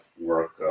work